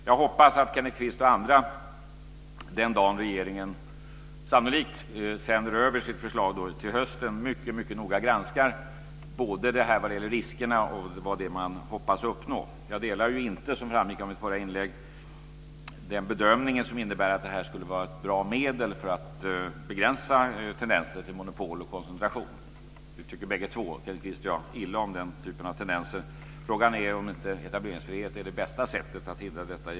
Jag hoppas att Kenneth Kvist och andra den dagen till hösten då regeringen sannolikt sänder över sitt förslag mycket noga granskar både riskerna och vad man hoppas uppnå. Jag delar ju inte, som framgick av mitt förra inlägg, den bedömning som innebär att det här skulle vara ett bra medel för att begränsa tendenser till monopol och koncentration. Vi tycker bägge två, Kenneth Kvist och jag, illa om den typen av tendenser. Frågan är om inte etableringsfrihet är det bästa sättet att hindra detta.